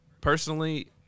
personally